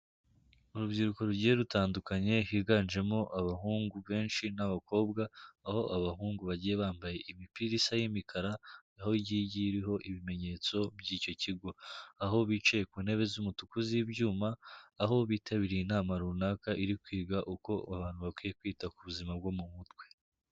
Urubyiruko rugiye rutandukanye higanjemo abahungu benshi n'abakobwa, aho abahungu bagiye bambaye imipira isa y'imikara aho igiye igiye iriho ibimenyetso by'icyo kigo. Aho bicaye ku ntebe z'umutuku z'ibyuma, aho bitabiriye inama runaka iri kwiga uko abantu bakwiye kwita ku buzima bwo mu mutwe.